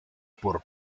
por